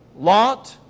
Lot